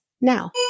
now